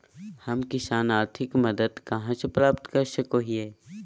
हम किसान आर्थिक मदत कहा से प्राप्त कर सको हियय?